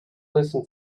listen